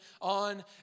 on